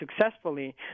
successfully